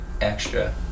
extra